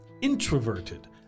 introverted